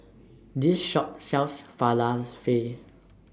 This Shop sells Falafel